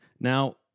Now